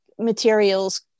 materials